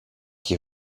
qui